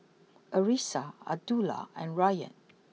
Arissa Abdullah and Rayyan